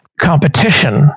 competition